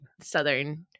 southern